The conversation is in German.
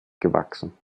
gewachsen